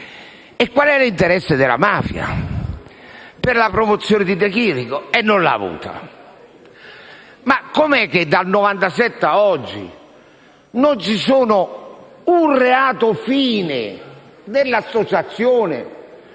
E qual è l'interesse della mafia? La promozione di Chirico? Non l'ha avuta. Ma com'è che, dal 1997 ad oggi, non c'è un reato-fine dell'associazione